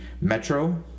metro